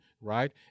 Right